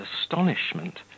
astonishment